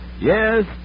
Yes